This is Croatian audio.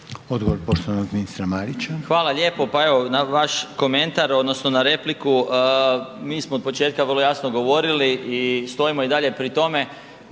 Odgovor poštovanog ministra Marića.